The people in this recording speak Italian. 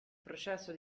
processo